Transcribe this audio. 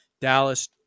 Dallas